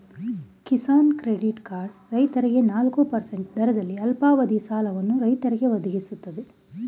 Kisan credit card ರೈತರಿಗೆ ನಾಲ್ಕು percent ದರದಲ್ಲಿ ಅಲ್ಪಾವಧಿ ಸಾಲವನ್ನು ರೈತರಿಗೆ ಒದಗಿಸ್ತದೆ